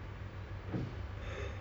weird people